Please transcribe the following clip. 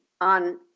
on